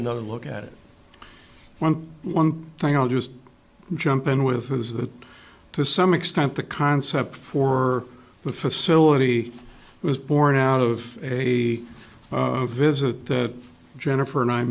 another look at it when one thing i'll just jump in with was that to some extent the concept for the facility was born out of a visit that jennifer and i